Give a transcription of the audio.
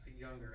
younger